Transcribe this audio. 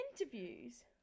interviews